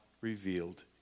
revealed